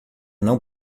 não